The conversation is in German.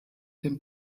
dem